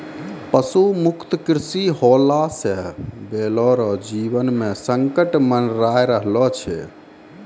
पशु मुक्त कृषि होला से बैलो रो जीवन मे संकट मड़राय रहलो छै